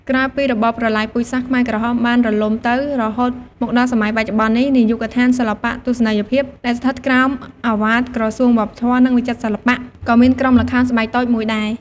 ក្រោយពីរបបប្រល័យពូជសាសន៍ខ្មែរក្រហមបានរលំទៅ រហូតមកដល់សម័យបច្ចុប្បន្ននេះ នាយកដ្ឋានសិល្បៈទស្សនីយភាព ដែលស្ថិតក្រោមឱវាទក្រសួងវប្បធម៌ និងវិចិត្រសិល្បៈ ក៏មានក្រុមល្ខោនស្បែកតូចមួយដែរ។